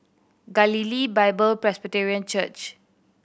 Galilee Bible Presbyterian Church